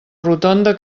rotonda